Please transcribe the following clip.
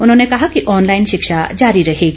उन्होंने कहा कि ऑनलाईन शिक्षा जारी रहेगी